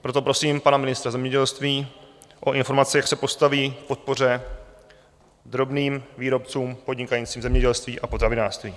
Proto prosím pana ministra zemědělství o informaci, jak se postaví k podpoře drobným výrobcům podnikajícím v zemědělství a potravinářství.